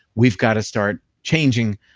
we've got to start changing.